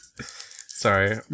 Sorry